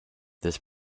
this